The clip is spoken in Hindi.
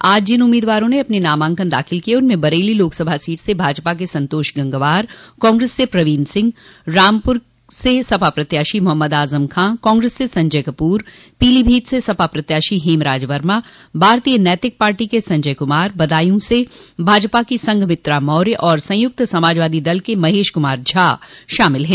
आज जिन उम्मीदवारों ने अपने नामांकन दाखिल किये उनमें बरेली लोकसभा सीट से भाजपा के संतोष गंगवार कांग्रेस से प्रवीन सिंह रामपुर से सपा प्रत्याशी मोहम्मद आजम खान कांग्रेस से संजय कपूर पीलीभीत से सपा प्रत्याशी हेमराज वर्मा भारतीय नैतिक पार्टी के संजय कुमार बदायू से भाजपा की संघमित्रा मौर्य और संयुक्त समाजवादी दल के महेश कुमार झा शामिल है